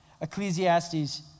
Ecclesiastes